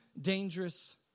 dangerous